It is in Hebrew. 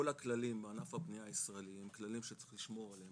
כל הכללים בענף הבנייה הישראליים הם כללים שצריך לשמור עליהם,